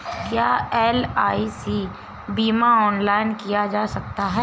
क्या एल.आई.सी बीमा ऑनलाइन किया जा सकता है?